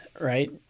right